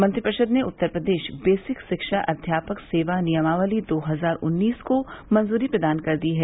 मंत्रिपरिषद ने उत्तर प्रदेश बेसिक शिक्षा अध्यापक सेवा नियमावली दो हजार उन्नीस को मंजुरी प्रदान कर दी है